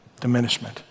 diminishment